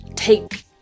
take